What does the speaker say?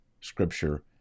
scripture